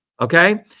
okay